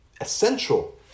essential